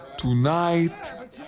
Tonight